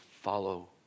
follow